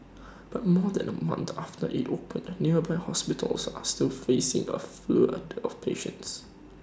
but more than A month after IT opened nearby hospitals are still facing A flood of patients